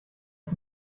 ich